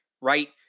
right